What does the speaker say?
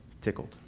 tickled